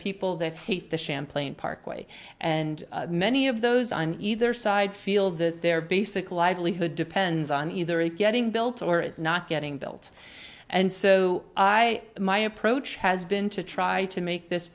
people that hate the champlain parkway and many of those on either side feel that their basic livelihood depends on either it getting built or not getting built and so i my approach has been to try to make this